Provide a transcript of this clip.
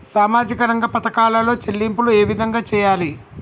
సామాజిక రంగ పథకాలలో చెల్లింపులు ఏ విధంగా చేయాలి?